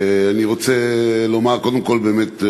אני רוצה לומר קודם כול באמת,